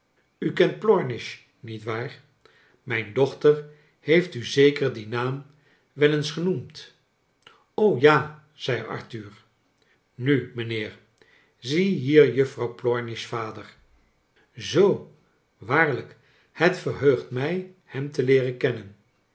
u kent plornish nietwaar mijndochter heeft u zeker dien naam wel eens genoemd ja zei arthur nu mijnheer ziehier juffrouw plornish vader zoo waarlijk het verheugt mij hem te leeren kennen